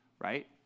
right